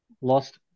lost